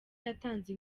yatanze